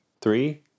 three